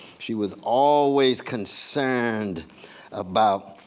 she was always concerned about